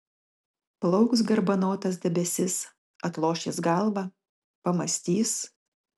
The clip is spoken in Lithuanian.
plauks garbanotas debesis atloš jis galvą pamąstys